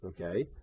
okay